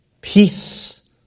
Peace